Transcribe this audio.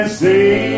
see